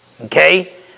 Okay